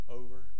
over